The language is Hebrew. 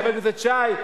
חבר הכנסת שי,